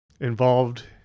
involved